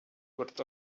worth